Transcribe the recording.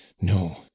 no